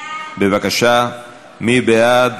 מי בעד?